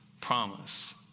promise